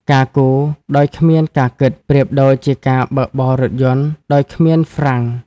ការ «គូរ» ដោយគ្មានការ «គិត» ប្រៀបដូចជាការបើកបររថយន្តដោយគ្មានហ្វ្រាំង។